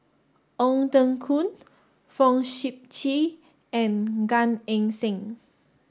Ong Teng Koon Fong Sip Chee and Gan Eng Seng